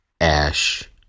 Ash